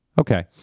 okay